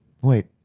Wait